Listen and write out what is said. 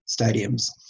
stadiums